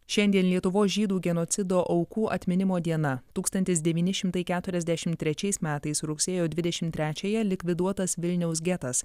šiandien lietuvos žydų genocido aukų atminimo diena tūkstantis devyni šimtai keturiasdešimt trečiais metais rugsėjo dvidešimt trečiąją likviduotas vilniaus getas